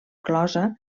closa